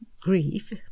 grief